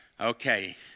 Okay